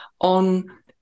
on